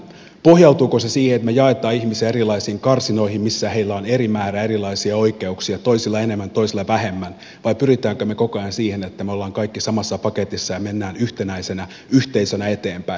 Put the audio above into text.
pohjautuuko se siihen että me jaamme ihmisiä erilaisiin karsinoihin missä heillä on eri määrä erilaisia oikeuksia toisilla enemmän toisilla vähemmän vai pyrimmekö me koko ajan siihen että me olemme kaikki samassa paketissa ja menemme yhtenäisenä yhteisönä eteenpäin